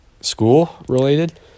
School-related